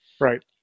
Right